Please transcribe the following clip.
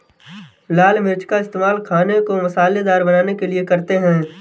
लाल मिर्च का इस्तेमाल खाने को मसालेदार बनाने के लिए करते हैं